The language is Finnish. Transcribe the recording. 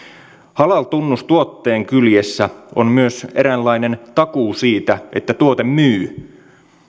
halal tunnus tuotteen kyljessä on myös eräänlainen takuu siitä että tuote myy